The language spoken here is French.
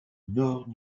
nord